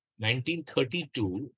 1932